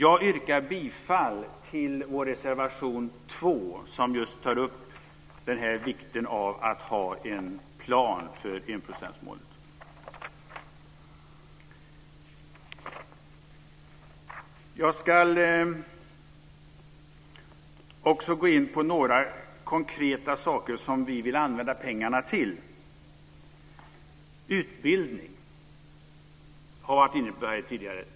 Jag yrkar bifall till vår reservation 2, som just tar upp vikten av en plan för enprocentsmålet. Jag ska också gå in på några konkreta saker som vi vill använda pengarna till. Utbildning har vi varit inne på tidigare.